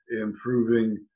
improving